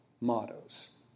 mottos